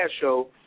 show